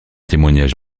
témoignage